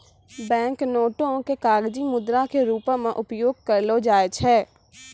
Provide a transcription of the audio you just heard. bank नोटो के कागजी मुद्रा के रूपो मे उपयोग करलो जाय छै